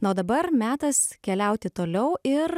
na o dabar metas keliauti toliau ir